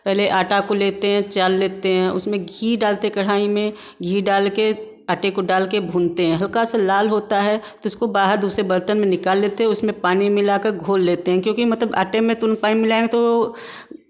पहले आटा को लेते हैं चाल लेते हैं उसमें घी डालते कढ़ाही में घी डालके आटे को डालके भूनते हैं हल्का सा लाल होता है तो उसको बाहर दूसरे बर्तन में निकाल लेते है उसमें पानी मिलाके घोल लेते हैं क्यूंकि मतलब आटे में तो पानी मिलाएँगे तो